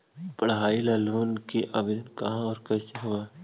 पढाई ल लोन के आवेदन कहा औ कैसे होब है?